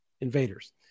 invaders